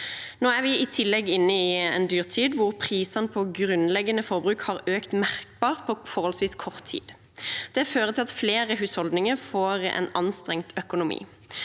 Nå er vi i tillegg inne i en dyrtid, hvor prisene på grunnleggende forbruk har økt merkbart på forholdsvis kort tid, og det fører til at flere husholdninger får en an